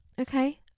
okay